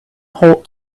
ought